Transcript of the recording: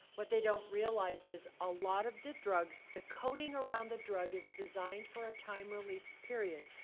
what they don't realize is a lot of the drugs, the coating around the drug is designed for a time release period.